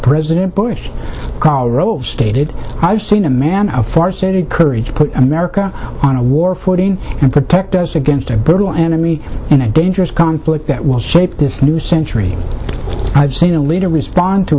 president bush call rove stated i've seen a man farsighted courage put america on a war footing and protect us against a brutal enemy in a dangerous conflict that will shape this new century i've seen a leader respond to